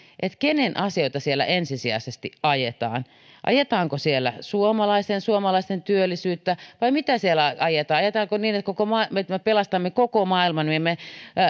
kenen asioita siellä ensisijaisesti ajetaan ajetaanko siellä suomalaisten asioita ja suomalaisten työllisyyttä vai mitä siellä ajetaan ajatellaanko niin että me pelastamme koko maailman ja